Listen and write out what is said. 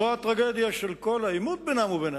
זו הטרגדיה של כל העימות בינם ובינינו.